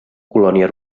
colònia